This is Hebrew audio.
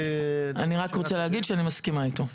אני רק רוצה להגיד שאני מסכימה איתו.